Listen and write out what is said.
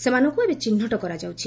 ସେମାନଙ୍କୁ ଏବେ ଚିହ୍ନଟ କରାଯାଉଛି